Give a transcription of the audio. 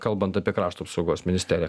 kalbant apie krašto apsaugos ministeriją